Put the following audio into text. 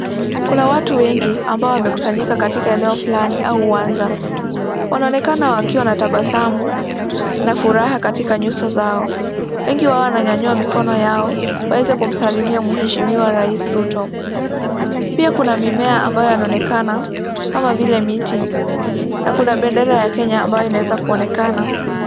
Kuna watu wengi ambao wamekusanyika katika eneo fulani au uwanja. Wanaonekana wakiwa na tabasamu na furaha katika nyuso zao. Wengi wao wananyanyua mikono yao waweze kumsalimia mheshimiwa Raisi Ruto. Pia kuna mimea ambayo yanaonekana kama vile miti na kuna bendera ya Kenya ambayo inaweza kuonekana.